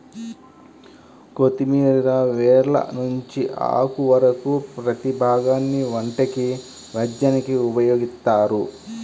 కొత్తిమీర వేర్ల నుంచి ఆకు వరకు ప్రతీ భాగాన్ని వంటకి, వైద్యానికి ఉపయోగిత్తారు